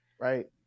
Right